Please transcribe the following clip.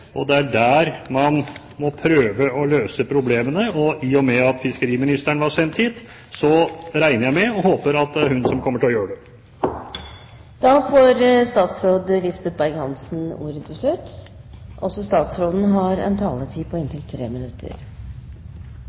Det er der vi må prøve å løse problemene, og i og med at fiskeriministeren ble sendt hit, regner jeg med og håper at det er hun som kommer til å gjøre det. Først av alt vil jeg takke interpellanten for å reise denne viktige debatten i dag. Så vil jeg også takke for en